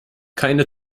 keine